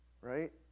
Right